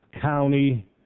county